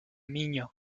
miño